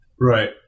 Right